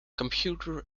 computer